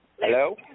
Hello